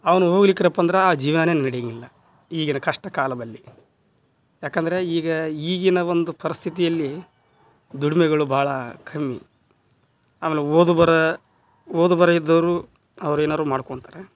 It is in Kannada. ಅವನು ಹೋಗ್ಲಿಕ್ಕಪ್ಪ ಅಂದ್ರೆ ಆ ಜೀವ್ನವೇ ನಡಿಯೋಂಗಿಲ್ಲ ಈಗಿನ ಕಷ್ಟ ಕಾಲದಲ್ಲಿ ಯಾಕೆಂದರೆ ಈಗ ಈಗಿನ ಒಂದು ಪರಿಸ್ಥಿತಿಯಲ್ಲಿ ದುಡ್ಮೆಗಳು ಬಹಳ ಕಮ್ಮಿ ಆಮೇಲೆ ಓದು ಬರಹ ಓದು ಬರಹ ಇದ್ದವರು ಅವ್ರೇನಾದ್ರು ಮಾಡ್ಕೊಳ್ತಾರೆ